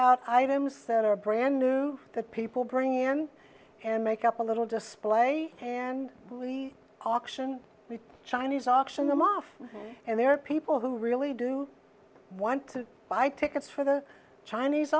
out items that are brand new that people bring in and make up a little display and we auction the chinese auction them off and there are people who really do want to buy tickets for the chinese